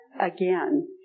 again